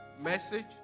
Message